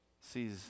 sees